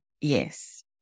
yes